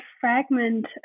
fragment